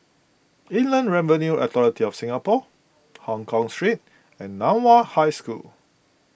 Inland Revenue Authority of Singapore Hongkong Street and Nan Hua High School